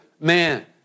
man